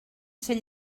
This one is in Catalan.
ser